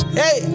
hey